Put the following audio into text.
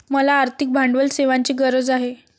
मला आर्थिक भांडवल सेवांची गरज आहे